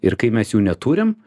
ir kai mes jų neturim